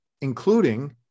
including